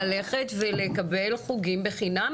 ללכת ולקבל חוגים בחינם?